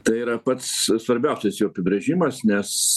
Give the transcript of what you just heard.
tai yra pats svarbiausias jų apibrėžimas nes